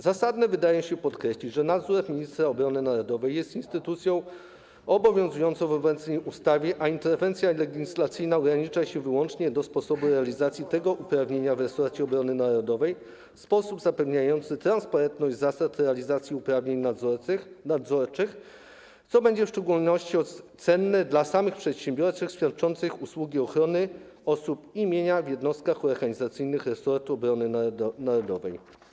Zasadne wydaje się podkreślenie, że nadzór ministra obrony narodowej jest instytucją obowiązującą w obecnej ustawie, a interwencja legislacyjna ogranicza się wyłącznie do sposobu realizacji tego uprawnienia w resorcie obrony narodowej - w sposób zapewniający transparentność zasad realizacji uprawnień nadzorczych, co będzie w szczególności cenne dla samych przedsiębiorców świadczących usługi ochrony osób i mienia w jednostkach organizacyjnych resortu obrony narodowej.